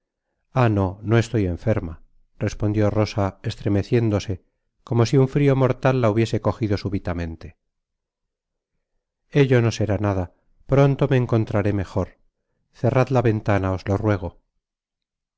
ah no no estoy enferma respondió rosa estremeciéndose como si un frio mortal la hubiese cojido súbitamente ello no será nada pronto me encontraré mejor cerrad la ventana os lo ruego